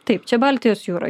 taip čia baltijos jūroj